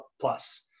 plus